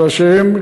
אלא שהן,